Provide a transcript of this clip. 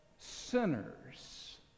Sinners